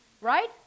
Right